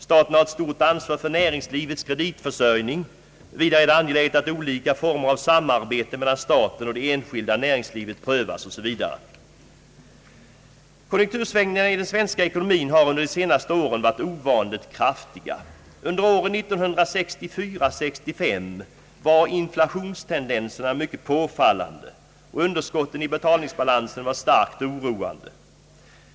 Staten har ett stort ansvar för näringslivets kreditförsörjning. Vidare är det angeläget att olika former av samarbete mellan staten och det enskilda näringslivet prövas. Konjunktursvängningarna i den svenska ekonomin har de senaste åren varit ovanligt kraftiga. Under åren 1964 —1965 var inflationstendenserna mycket påfallande, och underskotten i betalningsbalansen var starkt oroande.